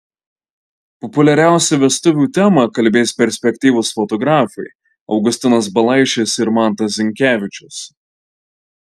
populiaria vestuvių tema kalbės perspektyvūs fotografai augustinas balaišis ir mantas zinkevičius